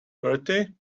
bertie